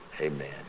amen